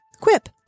Quip